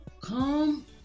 come